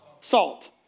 Salt